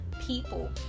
people